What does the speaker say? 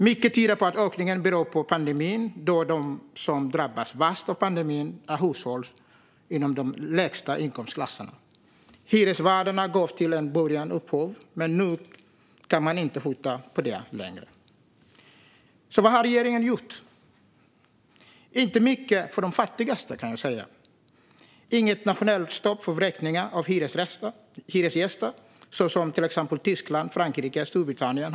Mycket tyder på att ökningen beror på pandemin, då de som drabbas värst av pandemin är hushåll i de lägsta inkomstklasserna. Hyresvärdarna gav till en början uppskov, men nu kan de inte skjuta på det längre. Vad har då regeringen gjort? Inte mycket för de fattigaste, kan jag säga. Det finns inget nationellt stopp för vräkningar av hyresgäster, som man till exempel har haft i Tyskland, Frankrike och Storbritannien.